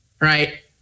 Right